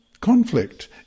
conflict